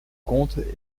conte